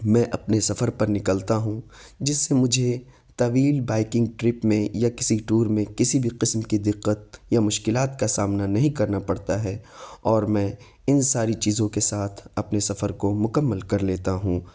میں اپنے سفر پر نکلتا ہوں جس سے مجھے طویل بائکنگ ٹرپ میں یا کسی ٹور میں کسی بھی قسم کی دقت یا مشکلات کا سامنا نہیں کرنا پڑتا ہے اور میں ان ساری چیزوں کے ساتھ اپنے سفر کو مکمل کر لیتا ہوں